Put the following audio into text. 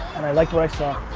and i liked what i saw.